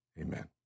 Amen